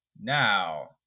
Now